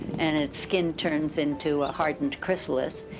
and its skin turns into a hardened chrysalis.